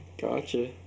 Gotcha